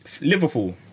Liverpool